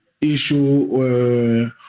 issue